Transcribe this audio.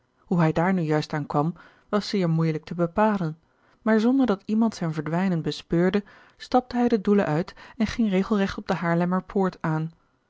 hoe hij daar nu juist aan kwam was zeer moeijelijk te bepalen maar zonder dat iemand zijn verdwijnen bespeurde stapte hij den doelen uit en ging regelregt op de haarlemmerpoort aan